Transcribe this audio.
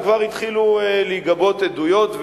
וכבר התחילו להיגבות עדויות,